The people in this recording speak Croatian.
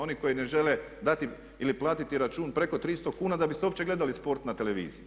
Oni koji ne žele dati ili platiti račun preko 300 kn da biste uopće gledali sport na televiziji.